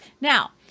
Now